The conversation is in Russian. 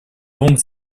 пункт